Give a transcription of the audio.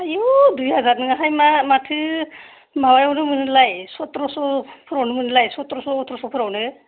आयु दुइ हाजार नङा हायमा माथो माबायावनो मोनोलाय सत्रस' फोरावनो मोनोलाय सत्रस' अत्रस' फोरावनो